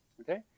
okay